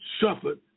suffered